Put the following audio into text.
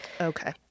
Okay